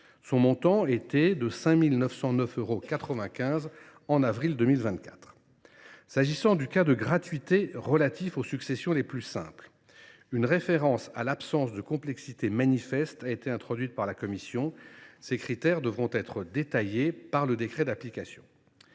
ce montant était de 5 909,95 euros. En ce qui concerne le cas de gratuité relatif aux successions les plus simples, une référence à l’absence de « complexité manifeste » a été introduite par la commission. Ces critères devront être détaillés par le décret d’application.